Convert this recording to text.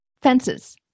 fences